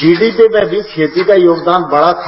GDP में भी खेती का योगदान बढ़ा था